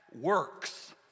works